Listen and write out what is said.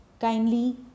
kindly